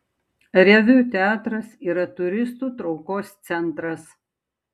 reviu teatras yra turistų traukos centras